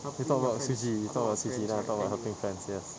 you talked about suji you talked about suji then I talked about helping friends yes